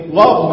love